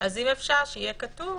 אם אפשר, שיהיה כתוב